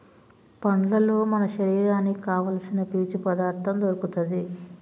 పండ్లల్లో మన శరీరానికి కావాల్సిన పీచు పదార్ధం దొరుకుతది